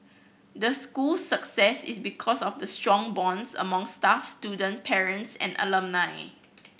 the school's success is because of the strong bonds among staff student parents and alumni